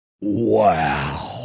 Wow